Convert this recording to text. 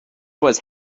was